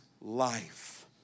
life